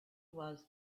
was